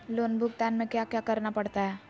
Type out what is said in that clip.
loan भुगतान में क्या क्या करना पड़ता है